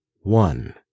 one